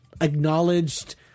acknowledged